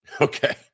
okay